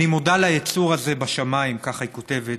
אני מודה ליצור הזה בשמיים, כך היא כותבת,